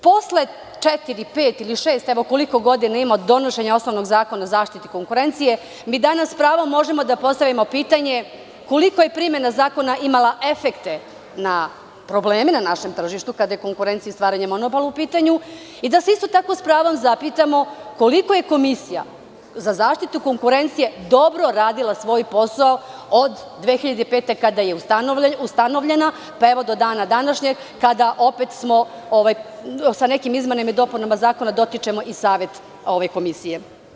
Posle četiri, pet ili šest ili već koliko godina ima od donošenja osnovnog Zakona o zaštiti konkurencije, danas sa pravom možemo da postavimo pitanje – koliko je primena zakona imala efekte na probleme na našem tržištu kada je u pitanju konkurencija i stvaranje monopola i da se isto tako sa pravom zapitamo koliko je Komisija za zaštitu konkurencije dobro radila svoj posao od 2005. godine kada je ustanovljena do dana današnjeg, kada opet sa nekim izmenama i dopunama zakona dotičemo i Savet komisije?